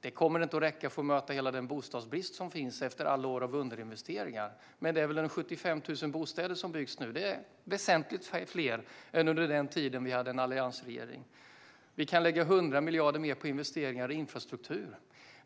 Det kommer inte att räcka för att möta hela den bostadsbrist som finns efter alla år av underinvesteringar. Men ungefär 75 000 bostäder byggs nu, vilket är väsentligt fler än under den tid då Sverige hade en alliansregering. Vi kan lägga 100 miljarder mer på investeringar i infrastruktur.